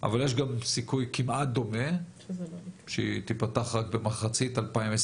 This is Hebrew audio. אבל יש גם סיכוי כמעט דומה שהיא תיפתח רק במחצית 2023,